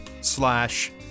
slash